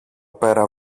πέρα